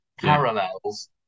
parallels